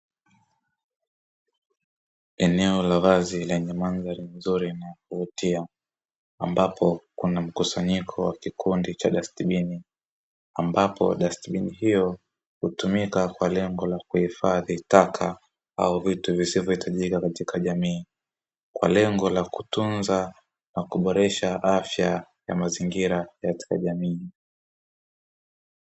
Eneo la vazi lenye mandhali nzuri na sauti ya ambapo kuna mkusanyiko wa kikundi cha dustbini ambapo dustbin hiyo hutumika kwa lengo la kuhifadhi taka au vitu visivyohitajika katika jamii, kwa lengo la kutunza na kuboresha afya ya mazingira katika jamii.